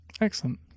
Excellent